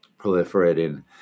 proliferating